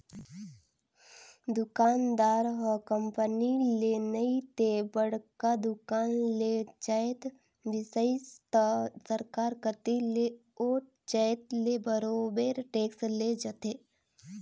दुकानदार ह कंपनी ले नइ ते बड़का दुकान ले जाएत बिसइस त सरकार कती ले ओ जाएत ले बरोबेर टेक्स ले जाथे